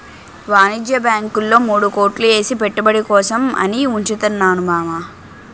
వాణిజ్య బాంకుల్లో మూడు కోట్లు ఏసి పెట్టుబడి కోసం అని ఉంచుతున్నాను మావా